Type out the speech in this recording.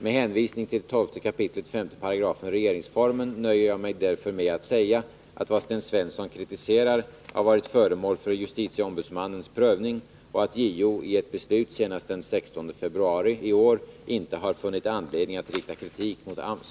Med hänvisning till 12 kap. 5 § regeringsformen nöjer jag mig därför med att säga, att vad Sten Svensson kritiserar har varit föremål för justitieombudsmannens prövning och att JO i ett beslut senast den 16 februari i år inte har funnit anledning att rikta kritik mot AMS.